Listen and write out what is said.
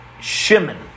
Shimon